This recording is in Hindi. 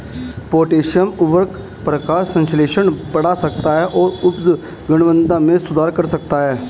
पोटेशियम उवर्रक प्रकाश संश्लेषण बढ़ा सकता है और उपज गुणवत्ता में सुधार कर सकता है